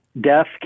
death